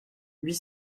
huit